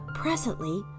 Presently